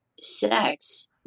sex